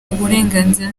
uburenganzira